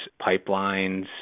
pipelines